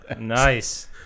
Nice